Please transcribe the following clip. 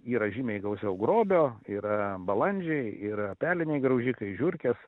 yra žymiai gausiau grobio yra balandžiai yra peliniai graužikai žiurkės